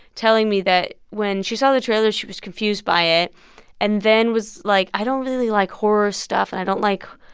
telling me that when she saw the trailer, she was confused by it and then was like, i don't really like horror stuff. and i don't like,